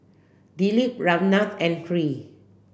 Dilip Ramnath and Hri